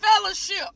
fellowship